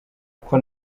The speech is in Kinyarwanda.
uko